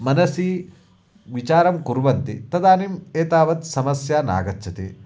मनसि विचारं कुर्वन्ति तदानीम् एतावत्समस्या नागच्छति